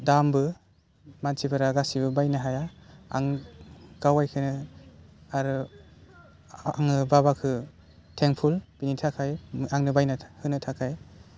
दामबो मानसिफोरा गासिबो बायनो हाया आं गाव बायखायनो आरो आङो बाबाखौ थेंकफुल बेनि थाखाय आंनो बायनो होनो थाखाय